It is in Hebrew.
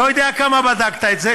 לא יודע כמה בדקת את זה,